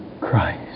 Christ